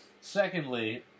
secondly